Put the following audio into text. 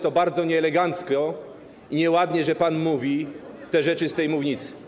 To bardzo nieelegancko i nieładnie, że pan mówi te rzeczy z tej mównicy.